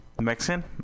Mexican